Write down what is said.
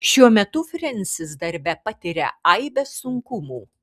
šiuo metu frensis darbe patiria aibę sunkumų